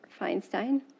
Feinstein